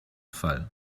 fall